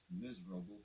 miserable